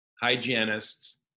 hygienists